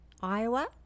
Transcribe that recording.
Iowa